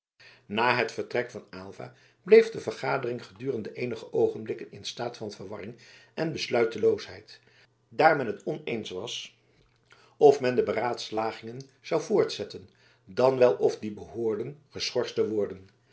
na het vertrek van aylva bleef de vergadering gedurende eenige oogenblikken in een staat van verwarring en besluiteloosheid daar men het oneens was of men de beraadslagingen zou voortzetten dan wel of die behoorden geschorst te worden